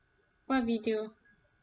what video